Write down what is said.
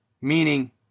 meaning